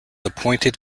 appointed